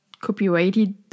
copyrighted